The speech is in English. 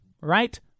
Right